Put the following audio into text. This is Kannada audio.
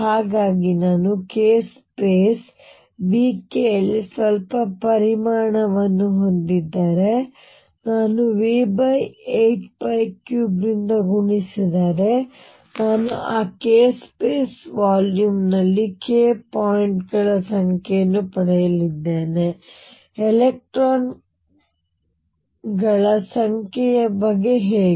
ಹಾಗಾಗಿ ನಾನು k ಸ್ಪೇಸ್ Vk ಯಲ್ಲಿ ಸ್ವಲ್ಪ ಪರಿಮಾಣವನ್ನು ಹೊಂದಿದ್ದರೆ ನಾನು V83 ರಿಂದ ಗುಣಿಸಿದರೆ ನಾನು ಆ k ಸ್ಪೇಸ್ ವಾಲ್ಯೂಮ್ನಲ್ಲಿ k ಪಾಯಿಂಟ್ಗಳ ಸಂಖ್ಯೆಯನ್ನು ಪಡೆಯಲಿದ್ದೇನೆ ಎಲೆಕ್ಟ್ರಾನ್ಗಳ ಸಂಖ್ಯೆಯ ಬಗ್ಗೆ ಹೇಗೆ